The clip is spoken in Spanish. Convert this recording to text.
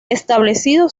establecido